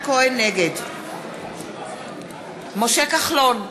נגד משה כחלון,